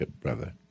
brother